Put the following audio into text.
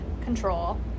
control